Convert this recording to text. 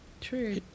True